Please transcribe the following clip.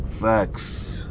facts